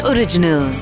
Original